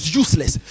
useless